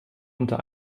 unter